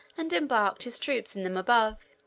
and embarked his troops in them above,